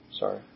Sorry